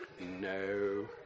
No